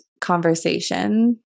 conversation